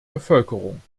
bevölkerung